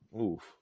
Oof